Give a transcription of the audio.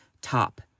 top